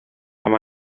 amb